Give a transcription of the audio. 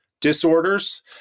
disorders